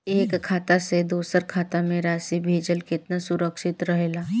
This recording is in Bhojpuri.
एक खाता से दूसर खाता में राशि भेजल केतना सुरक्षित रहेला?